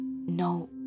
no